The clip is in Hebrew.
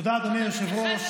תודה, אדוני היושב-ראש.